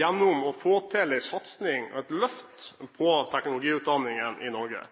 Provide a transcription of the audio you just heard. gjennom å få til en satsing på og et løft for teknologiutdanningen i Norge.